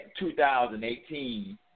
2018